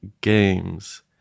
games